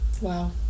wow